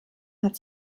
hat